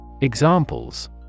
Examples